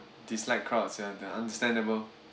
dislike crowds ya the understandable